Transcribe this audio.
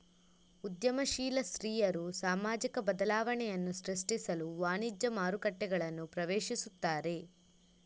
ಉದ್ಯಮಶೀಲ ಸ್ತ್ರೀಯರು ಸಾಮಾಜಿಕ ಬದಲಾವಣೆಯನ್ನು ಸೃಷ್ಟಿಸಲು ವಾಣಿಜ್ಯ ಮಾರುಕಟ್ಟೆಗಳನ್ನು ಪ್ರವೇಶಿಸುತ್ತಾರೆ